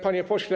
Panie Pośle!